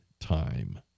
time